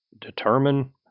determine